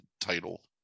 title